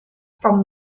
from